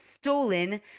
stolen